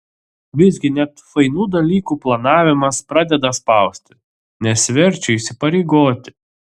visgi net fainų dalykų planavimas pradeda spausti nes verčia įsipareigoti